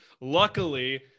Luckily